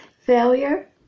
failure